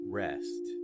rest